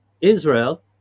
Israel